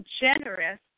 generous